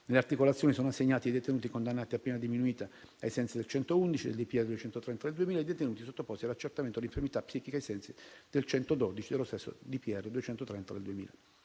Nelle articolazioni sono assegnati i detenuti condannati a pena diminuita ai sensi dell'articolo 111 del DPR n. 230 del 2000 e i detenuti sottoposti all'accertamento dell'infermità psichica ai sensi dell'articolo 112 del